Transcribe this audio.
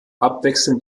abwechselnd